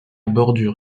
bordure